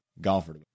golfer